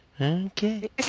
Okay